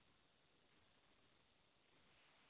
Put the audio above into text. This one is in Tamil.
அப்படிங்களா ஸ்ப்ளிட் ஏசி தான் போ போயிட்டுருக்குங்களா